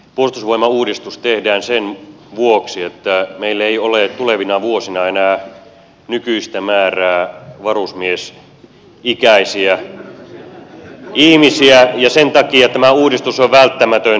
puolustusvoimauudistus tehdään sen vuoksi että meillä ei ole tulevina vuosina enää nykyistä määrää varusmiesikäisiä ihmisiä ja sen takia tämä uudistus on välttämätön tehdä